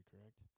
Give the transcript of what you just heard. correct